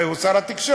הרי הוא שר התקשורת,